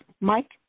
Mike